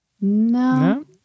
No